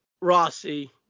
Rossi